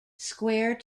square